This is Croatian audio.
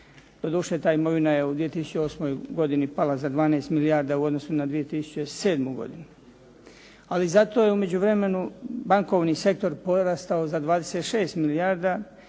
Doduše ta imovina je u 2008. godini pala za 12 milijardi u odnosu na 2007. godinu. Ali zato je u međuvremenu bankovni sektor porastao za 26 milijardi